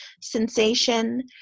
sensation